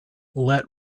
let